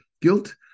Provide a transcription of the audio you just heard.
Guilt